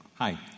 Hi